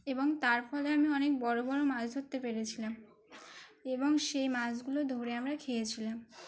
এবং তার ফলে আমি অনেক বড়ো বড়ো মাছ ধরতে পেরেছিলাম এবং সেই মাছগুলো ধরে আমরা খেয়েছিলাম